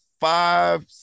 five